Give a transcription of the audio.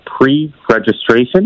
pre-registration